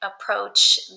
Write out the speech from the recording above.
approach